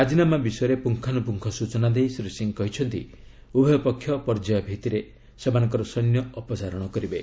ରାଜିନାମା ବିଷୟରେ ପୁଙ୍ଗାନୁପୁଙ୍ଗ ସ୍ବଚନା ଦେଇ ଶ୍ରୀ ସିଂ କହିଛନ୍ତି ଉଭୟ ପକ୍ଷ ପର୍ଯ୍ୟାୟ ଭିଭିରେ ସେମାନଙ୍କର ସୈନ୍ୟ ଅପସାରଣ କରିବେ